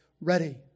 ready